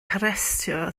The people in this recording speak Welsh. harestio